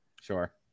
sure